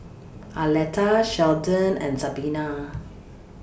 Arletta Sheldon and Sabina